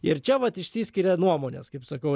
ir čia vat išsiskiria nuomonės kaip sakau